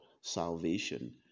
salvation